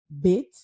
bit